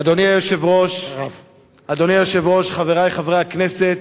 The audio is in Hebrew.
אדוני היושב-ראש, חברי חברי הכנסת,